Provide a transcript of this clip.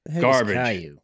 Garbage